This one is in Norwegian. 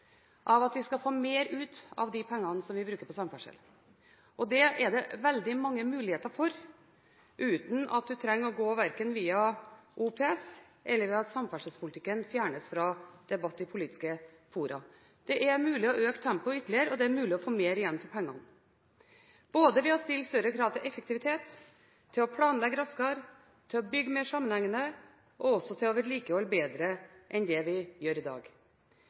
av at vi skal få mer ut av de pengene vi bruker på samferdsel. Det er det veldig mange muligheter for, uten at man verken trenger å gå via OPS, eller ved at samferdselspolitikken fjernes fra debatt i politiske fora. Det er mulig å øke tempoet ytterligere, og det er mulig å få mer igjen for pengene – både ved å stille større krav til effektivitet, til å planlegge raskere, til å bygge mer sammenhengende og også til å vedlikeholde bedre enn det vi gjør i dag.